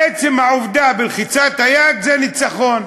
עצם העובדה בלחיצת היד, זה ניצחון.